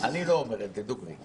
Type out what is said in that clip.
אני לא אומר את זה דוגרי.